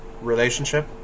relationship